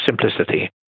simplicity